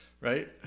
right